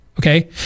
okay